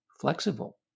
flexible